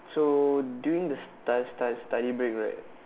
so during the study study study break right